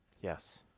Yes